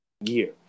year